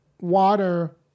water